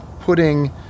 putting